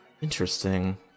interesting